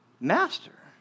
Master